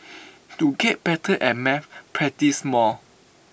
to get better at maths practise more